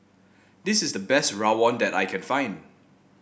this is the best rawon that I can find